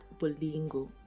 Bolingo